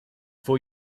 for